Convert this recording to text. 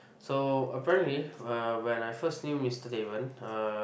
so apparently uh when I first knew Mister Daven uh